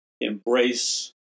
embrace